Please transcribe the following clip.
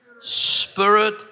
spirit